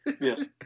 Yes